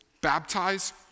Baptize